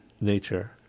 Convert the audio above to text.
nature